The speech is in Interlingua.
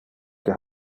que